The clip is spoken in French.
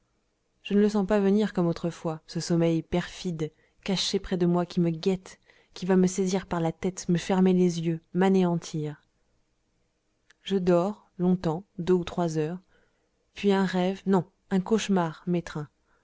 je ne le sens pas venir comme autrefois ce sommeil perfide caché près de moi qui me guette qui va me saisir par la tête me fermer les yeux m'anéantir je dors longtemps deux ou trois heures puis un rêve non un cauchemar